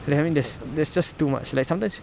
they're having that's that's just too much